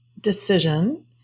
decision